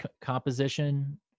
composition